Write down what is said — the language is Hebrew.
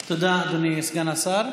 תודה, אדוני סגן השר.